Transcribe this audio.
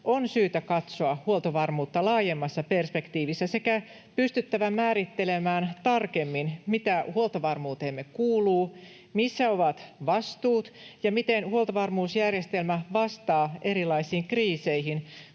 on syytä katsoa huoltovarmuutta laajemmassa perspektiivissä sekä pystyttävä määrittelemään tarkemmin, mitä huoltovarmuuteemme kuuluu, missä ovat vastuut ja miten huoltovarmuusjärjestelmä vastaa erilaisiin kriiseihin